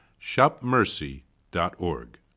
shopmercy.org